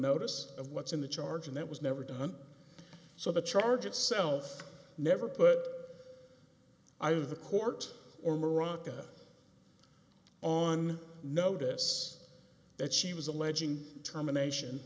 notice of what's in the charge and that was never done so the charge itself never put either the court or morocco on notice that she was alleging termination